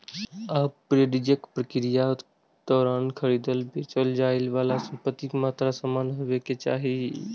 आर्बिट्रेजक प्रक्रियाक दौरान खरीदल, बेचल जाइ बला संपत्तिक मात्रा समान हेबाक चाही